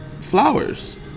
flowers